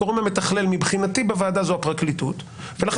הגורם המתכלל מבחינתי בוועדה זו הפרקליטות ולכן